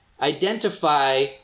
identify